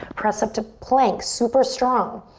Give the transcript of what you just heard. press up to plank. super strong.